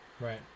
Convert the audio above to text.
right